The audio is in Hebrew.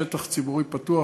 שטח ציבורי פתוח,